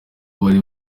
bari